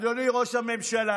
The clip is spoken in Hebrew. אדוני ראש הממשלה,